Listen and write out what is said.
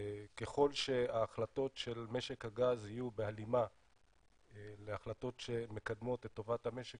וככל שההחלטות של משק הגז יהיו בהלימה להחלטות שמקדמות את טובת המשק